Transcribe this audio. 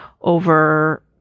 over